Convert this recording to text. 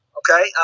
okay